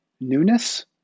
newness